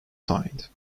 signed